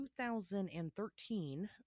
2013